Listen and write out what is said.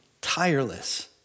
tireless